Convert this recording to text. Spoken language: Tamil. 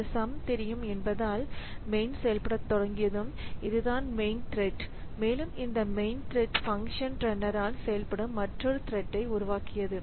இந்த சம் தெரியும் என்பதால் மெயின் செயல்பட தொடங்கியதும் இதுதான் மெயின் த்ரெட் மேலும் இந்த மெயின் த்ரெட் பங்க்ஷன் ரன்னர்ல் செயல்படும் மற்றொரு த்ரெட் உருவாக்கியது